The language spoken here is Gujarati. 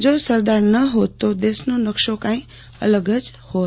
જો સરદાર ન હોત તો દેશનો નકશો અલગ જ હોત